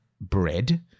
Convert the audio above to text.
bread